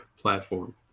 platform